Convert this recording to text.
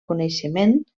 coneixement